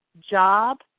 job